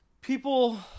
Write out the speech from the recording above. People